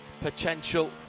potential